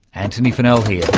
antony funnell here.